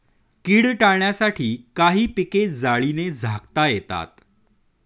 कीड टाळण्यासाठी काही पिके जाळीने झाकता येतात